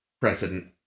precedent